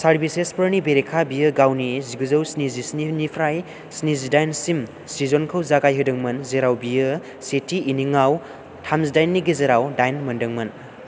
सारभिसेसफोरनि बेरेखा बियो गावनि जिगुजौ स्निजिस्निनिफ्राय स्निजिदाइनसिम सिजनखौ जागायहोदोंमोन जेराव बियो सेथि इनिङाव थामजिदाइननि गेजेराव दाइन मोनदोंमोन